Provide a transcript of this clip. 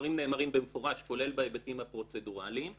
והדברים נאמרים במפורש כולל בהיבטים הפרוצדוראליים.